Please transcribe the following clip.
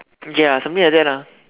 ya something like that lah